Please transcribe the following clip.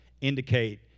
indicate